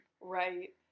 Right